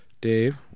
Dave